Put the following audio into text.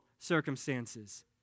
circumstances